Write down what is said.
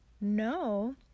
no